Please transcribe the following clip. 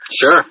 Sure